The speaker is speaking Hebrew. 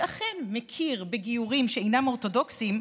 שאכן מכיר בגיורים שאינם אורתודוקסיים,